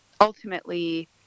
ultimately